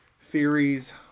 theories